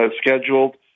scheduled